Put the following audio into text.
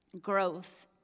Growth